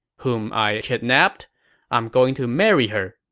whom i kidnapped i'm going to marry her.